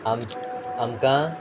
आम आमकां